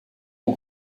aux